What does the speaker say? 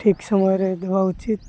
ଠିକ୍ ସମୟରେ ଦେବା ଉଚିତ୍